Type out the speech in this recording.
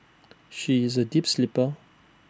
she is A deep sleeper